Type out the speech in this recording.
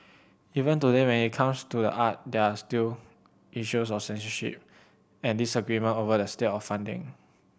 even today may it comes to the art there are still issues of censorship and disagreement over the state of funding